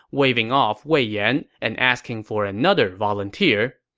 waving off wei yan and asking for another volunteer.